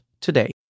today